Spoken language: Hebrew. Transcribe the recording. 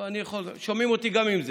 לא, אני יכול, שומעים אותי גם עם זה.